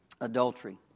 adultery